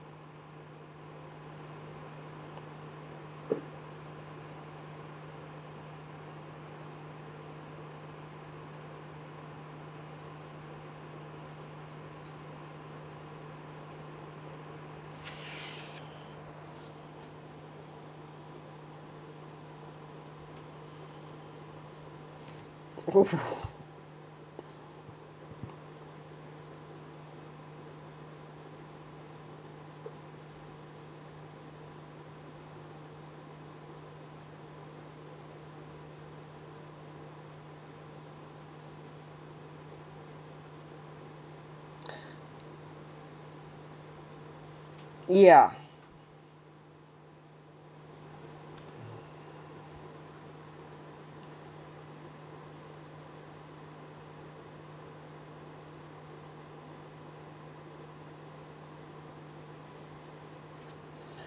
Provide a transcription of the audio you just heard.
ya